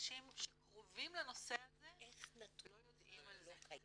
אנשים שקרובים לנושא הזה לא יודעים על זה.